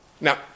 Now